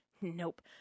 Nope